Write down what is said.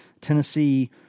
Tennessee